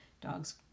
dog's